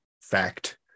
fact